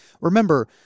Remember